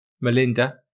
Melinda